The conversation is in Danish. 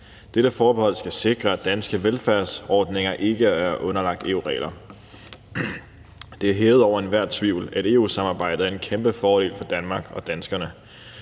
Dette forbehold skal sikre, at danske velfærdsordninger ikke er underlagt EU-regler. Det er hævet over enhver tvivl, at EU-samarbejdet er en kæmpe fordel for Danmark og danskerne.